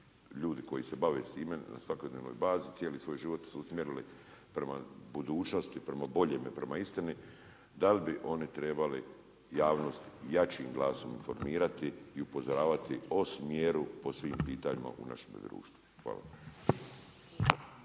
ljudi koji se bave s time na svakodnevnoj bazi. Cijeli svoj život su mjerili prema budućnosti, prema boljem i prema istini, dal bi oni trebali javnosti, jačim glasom formirati upozoravati o smjeru po svim pitanjima u našem društvu. Hvala.